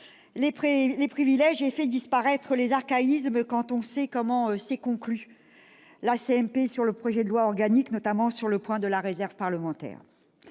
les privilèges et fait disparaître les archaïsmes, surtout quand on sait comment s'est conclue la CMP sur le projet de loi organique, notamment au sujet de la réserve parlementaire